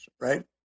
right